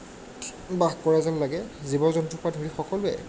বাস কৰা যেন লাগে জীৱ জন্তুৰ পৰা ধৰি সকলোৱে